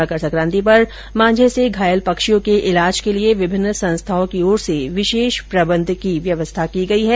मकर सकांति पर मांझे से घायल पक्षियों के ईलाज के लिए विभिन्न संस्थाओं की ओर से विशेष प्रबंध की व्यवस्था की जा रही है